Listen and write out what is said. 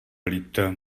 líto